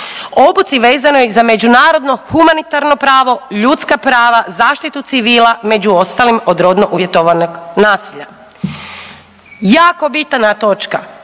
obuci vezanoj za međunarodno humanitarno pravo, ljudska prava, zaštitu civila među ostalim od rodno uvjetovanog nasilja. Jako bitna točna